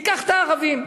ניקח את הערבים.